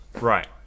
right